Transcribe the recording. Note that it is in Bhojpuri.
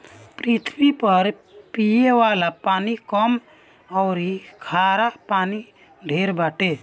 पृथ्वी पर पिये वाला पानी कम अउरी खारा पानी ढेर बाटे